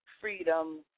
freedom